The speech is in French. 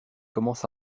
commence